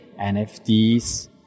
NFTs